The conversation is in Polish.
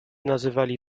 nazywali